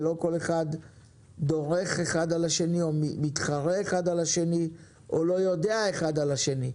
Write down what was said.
ולא כל אחד דורך אחד על השני או מתחרה אחד בשני או לא יודע אחד על השני.